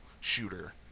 shooter